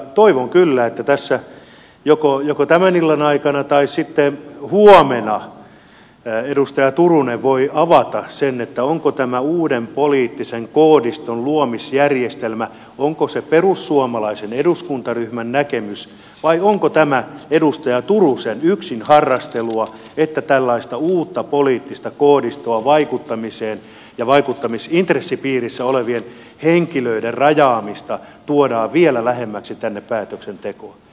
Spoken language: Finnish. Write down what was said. toivon kyllä että tässä joko tämän illan aikana tai sitten huomenna edustaja turunen voi avata sen onko tämä uuden poliittisen koodiston luomisjärjestelmä perussuomalaisen eduskuntaryhmän näkemys vai onko tämä edustaja turusen yksin harrastelua että tällaista uutta poliittista koodistoa vaikuttamiseen ja vaikuttamisintressipiirissä olevien henkilöiden rajaamista tuodaan vielä lähemmäksi tänne päätöksentekoon